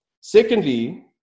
Secondly